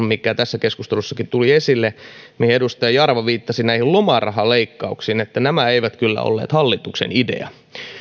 mikä tässäkin keskustelussa tuli esille kun edustaja jarva viittasi näihin lomarahaleikkauksiin että nämä eivät kyllä olleet hallituksen idea